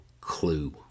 clue